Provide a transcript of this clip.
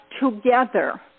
together